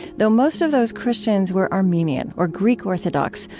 though most of those christians were armenian or greek orthodox,